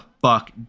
fuck